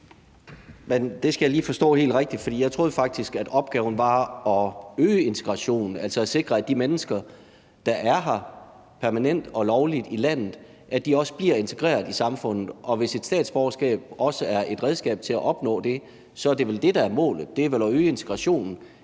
Det skal jeg lige forstå helt rigtigt, for jeg troede faktisk, at opgaven var at øge integrationen, altså at sikre, at de mennesker, der er her permanent og lovligt i landet, også bliver integreret i samfundet. Hvis et statsborgerskab også er et redskab til at opnå det, er det vel det, der er målet? Det er vel at øge integrationen.